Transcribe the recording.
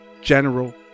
General